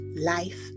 life